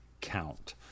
count